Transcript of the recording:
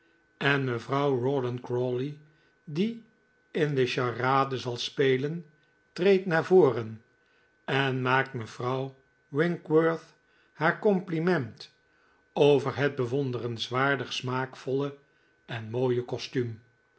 en mevrouw rawdon crawley die in de charade zal spelen treedt naar voren en maakt mevrouw winkworth haar compliment over het bewonderenswaardig smaakvolle en mooie kostuum